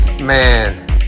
man